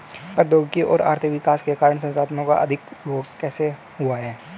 प्रौद्योगिक और आर्थिक विकास के कारण संसाधानों का अधिक उपभोग कैसे हुआ है?